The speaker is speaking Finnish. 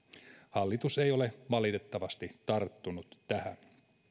hallitus ei ole valitettavasti tarttunut tähän